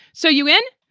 so you in.